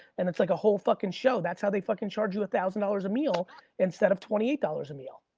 and it's like a whole fucking show, that's how they fucking charge you one thousand dollars a meal instead of twenty eight dollars a meal.